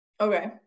Okay